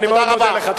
אני מאוד מודה לך.